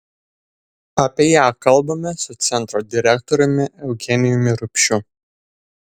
apie ją kalbamės su centro direktoriumi eugenijumi rupšiu